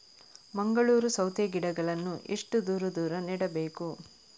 ಮಂಗಳೂರು ಸೌತೆ ಗಿಡಗಳನ್ನು ಎಷ್ಟು ದೂರ ದೂರ ನೆಡಬೇಕು?